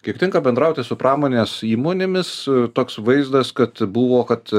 kiek tenka bendrauti su pramonės įmonėmis toks vaizdas kad buvo kad